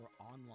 online